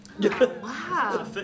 Wow